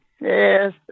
Yes